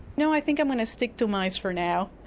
no, i think i'm going to stick to mice for now.